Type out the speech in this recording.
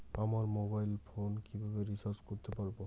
আমার mobile phone কিভাবে recharge করতে পারব?